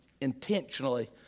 intentionally